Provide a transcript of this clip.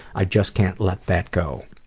i just can't let that go.